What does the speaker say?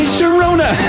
Sharona